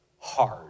hard